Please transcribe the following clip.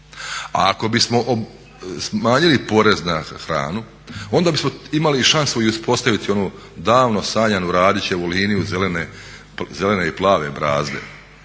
ako bismo smanjili porez na hranu onda bismo imali šansu i uspostaviti onu davno sanjanu Radićevu liniju zelene i plave brazde.